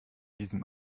diesem